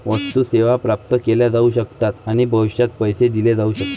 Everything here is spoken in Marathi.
वस्तू, सेवा प्राप्त केल्या जाऊ शकतात आणि भविष्यात पैसे दिले जाऊ शकतात